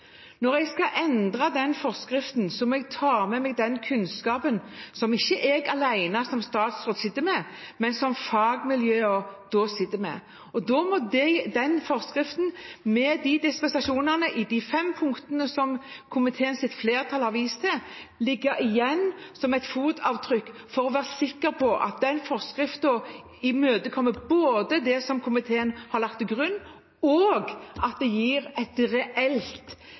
Når jeg skal endre den forskriften, må jeg ta med meg den kunnskapen som ikke jeg alene, som statsråd, sitter på, men som fagmiljøene sitter på. Da må den forskriften, med den dispensasjonsadgangen som komiteens flertall har vist til i de fem punktene i innstillingen, ligge igjen som et fotavtrykk for å være sikker på at forskriften både imøtekommer det som komiteen har lagt til grunn, og gir en reell og effektiv reduksjon av CO2-utslippene. Det